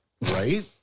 right